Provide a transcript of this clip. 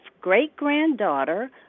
great-granddaughter